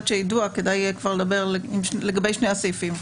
שבנושא היידוע כדאי יהיה לדבר לגבי שני הסעיפים.